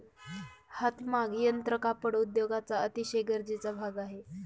हातमाग यंत्र कापड उद्योगाचा अतिशय गरजेचा भाग आहे